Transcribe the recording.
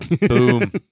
Boom